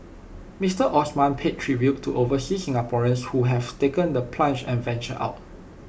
Mister Osman paid tribute to overseas Singaporeans who have taken the plunge and ventured out